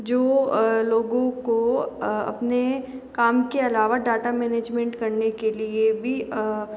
जो लोगों को अपने काम के अलावा डाटा मैनेजमेंट करने के लिए भी